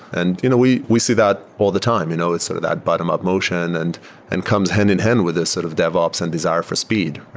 and you know we we see that all the time. you know it's sort of that bottom-up motion and and comes hand in-hand with this sort of devops and desire for speed.